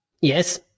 yes